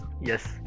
Yes